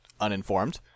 uninformed